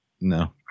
No